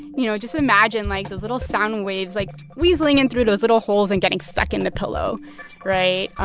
you know? just imagine, like, those little sound waves, like, weaseling in through those little holes and getting stuck in the pillow right?